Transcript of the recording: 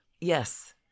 Yes